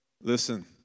listen